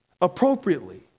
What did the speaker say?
appropriately